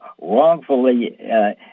wrongfully